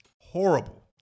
horrible